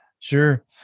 Sure